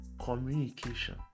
communication